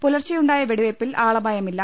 പുലർച്ചെ ഉണ്ടായ വെടിവെപ്പിൽ ആളപായമില്ല